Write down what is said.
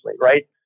right